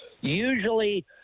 Usually